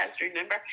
remember